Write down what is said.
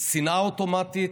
שנאה אוטומטית,